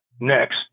Next